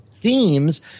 themes